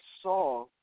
saw